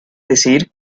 decir